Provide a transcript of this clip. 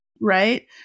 Right